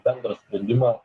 bendrą sprendimą